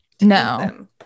no